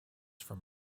from